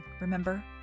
remember